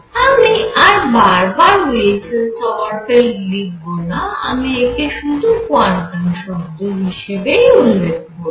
আমি আর বার বার উইলসন সমারফেল্ড লিখব না আমি একে শুধু কোয়ান্টাম শর্ত হিসেবে উল্লেখ করব